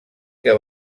que